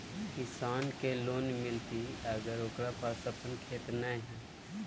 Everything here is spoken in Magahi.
किसान के लोन मिलताय अगर ओकरा पास अपन खेत नय है?